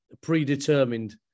predetermined